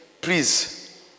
please